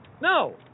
No